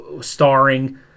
starring